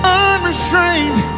unrestrained